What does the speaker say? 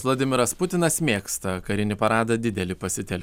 vladimiras putinas mėgsta karinį paradą didelį pasitel